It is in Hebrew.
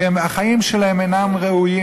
כי החיים שלהם אינם ראויים,